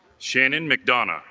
shannon mcdonna